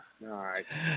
Nice